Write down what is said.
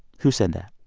who said that?